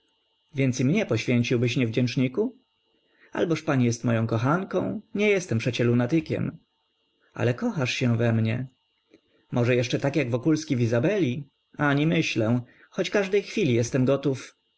więc i mnie poświęciłbyś niewdzięczniku alboż pani jest moją kochanką nie jestem przecie lunatykiem ale kochasz się we mnie może jeszcze tak jak wokulski w izabeli ani myślę choć każdej chwili jestem gotów